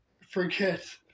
forget